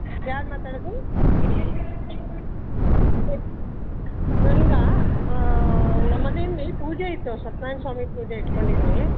ಯಾರು ಮಾತಾಡೋದು ನನಗಾ ನಮ್ಮ ಮನೆಯಲ್ಲಿ ಪೂಜೆ ಇತ್ತು ಸತ್ಯನಾರಾಯ್ಣ ಸ್ವಾಮಿ ಪೂಜೆ ಇಟ್ಟುಕೊಂಡಿದ್ವಿ